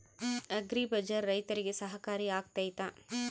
Agri Bazaar ರೈತರಿಗೆ ಸಹಕಾರಿ ಆಗ್ತೈತಾ?